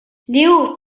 léo